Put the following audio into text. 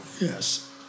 Yes